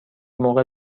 موقع